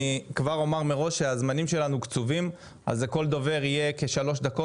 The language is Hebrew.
אני אומר מראש שהזמנים שלנו קצובים ולכל דובר יהיו כ-3 דקות.